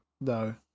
No